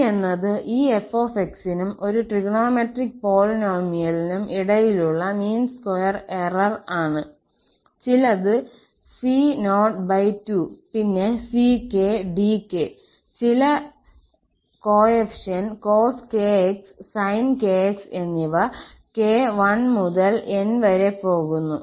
E എന്നത് ഈ 𝑓𝑥നും ഒരു ട്രിഗണോമെട്രിക് പോളിനോമിയലിനും ഇടയിലുള്ള മീൻ സ്ക്വയർ എറർ ആണ് ചിലത് c02പിന്നെ ck dk ചില കോഎഫിഷ്യന്റ് cos 𝑘𝑥 sin 𝑘𝑥 എന്നിവ 𝑘 1 മുതൽ N വരെ പോകുന്നു